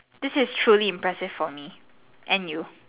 this is truly impressive for me and you